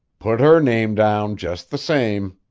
put her name down just the same.